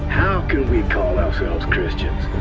how can we call ourselves christians,